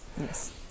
Yes